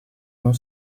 non